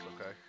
Okay